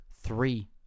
three